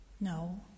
No